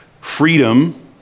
freedom